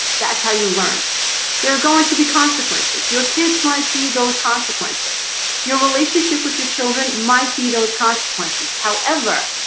that's how you learn there are going to be consequences your kids might be those consequences your relationship with your children might be those consequences however,